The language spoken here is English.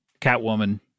Catwoman